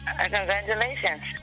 Congratulations